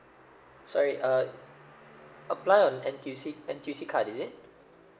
sorry uh apply on N_T_U_C N_T_U_C card is it